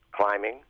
climbing